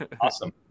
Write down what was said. Awesome